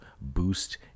boost